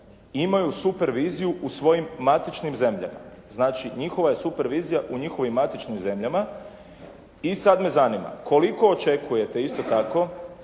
imaju superviziju u svojim matičnim zemljama. Znači, njihova je supervizija u njihovim matičnim zemljama. I sada me zanima, koliko očekujete isto tako,